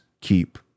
keep